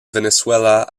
venezuela